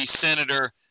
Senator